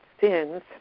sins